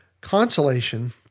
Consolation